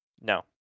No